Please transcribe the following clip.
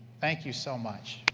thank you so much.